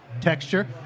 texture